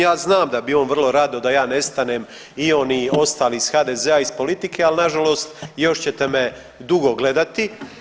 Ja znam da bi on vrlo rado da ja nestanem i on i ostali iz HDZ-a iz politike, al nažalost još ćete me dugo gledati